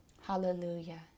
Hallelujah